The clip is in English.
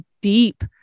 deep